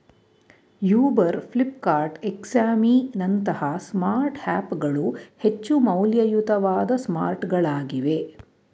Uber, Flipkart, ಎಕ್ಸಾಮಿ ನಂತಹ smart app ಗಳು ಹೆಚ್ಚು ಮೌಲ್ಯಯುತವಾದ ಸ್ಮಾರ್ಟ್ಗಳಾಗಿವೆ